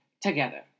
together